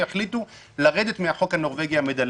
והחליטו לרדת מ"החוק הנורווגי המדלג".